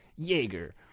Jaeger